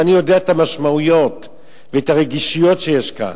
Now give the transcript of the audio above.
ואני מכיר את המשמעויות ואת הרגישויות שיש כאן.